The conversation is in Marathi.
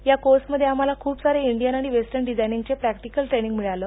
या कोर्समध्ये आम्हाला खूप सारे इंडियन आणि वेस्टन डिझायनिंगचे प्रॅक्टिकल ट्रेनिंग मिळाले